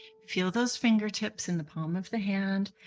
feel those fingertips in the palm of the hand.